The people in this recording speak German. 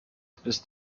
bis